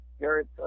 Garrett